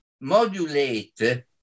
modulate